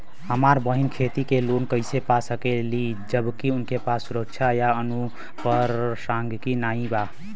हमार बहिन खेती के लोन कईसे पा सकेली जबकि उनके पास सुरक्षा या अनुपरसांगिक नाई बा?